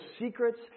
secrets